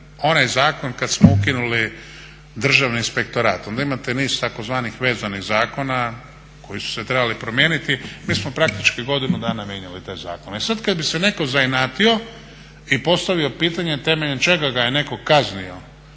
onaj zakon kad smo ukinuli Državni inspektorat. Onda imate niz tzv. vezanih zakona koji su se trebali promijeniti. Mi smo praktički godinu dana mijenjali te zakone. I sad kad bi se netko zainatio i postavio pitanje temeljem čega ga je netko kaznio